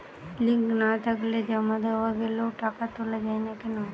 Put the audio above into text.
Link না থাকলে জমা দেওয়া গেলেও টাকা তোলা য়ায় না কেন?